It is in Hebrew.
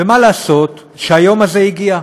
ומה לעשות שהיום הזה הגיע,